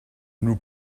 nous